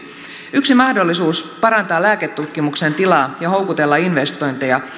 yksi mahdollisuus parantaa lääketutkimuksen tilaa ja houkutella investointeja